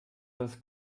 das